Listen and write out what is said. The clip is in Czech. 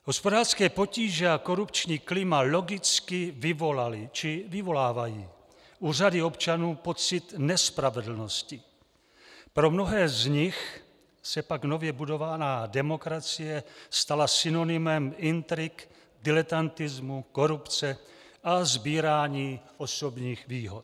Hospodářské potíže a korupční klima logicky vyvolaly či vyvolávají u řady občanů pocit nespravedlnosti, pro mnohé z nich se pak nově budovaná demokracie stala synonymem intrik, diletantismu, korupce a sbírání osobních výhod.